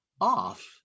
off